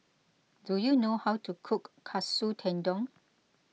do you know how to cook Katsu Tendon